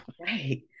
Right